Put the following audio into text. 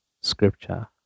scripture